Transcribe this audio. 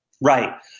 Right